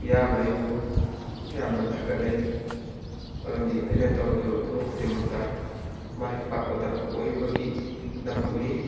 ꯃꯤꯌꯥꯝꯅ ꯑꯩꯕꯨ ꯌꯥꯝꯅ ꯊꯥꯒꯠꯅꯩ ꯃꯔꯝꯗꯤ ꯑꯩꯅ ꯇꯧꯔꯨ ꯇꯧꯔꯨꯕ ꯊꯕꯛ ꯈꯨꯗꯤꯡꯃꯛꯇ ꯃꯥꯏ ꯄꯥꯛꯄꯇ ꯑꯣꯏꯕꯒꯤ ꯗꯃꯛꯅꯤ